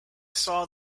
saw